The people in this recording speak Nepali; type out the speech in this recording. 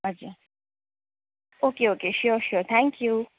हजुर okay okay sure sure thank you